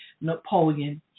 Napoleon